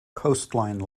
coastline